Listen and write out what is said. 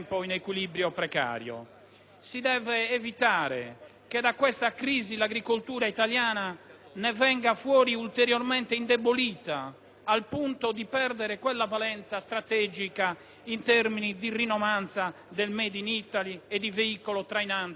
Si deve evitare che da questa crisi l'agricoltura italiana ne venga fuori ulteriormente indebolita, al punto di perdere quella valenza strategica in termini di rinomanza del *made* *in* *Italy* e di veicolo trainante per tutto il Paese.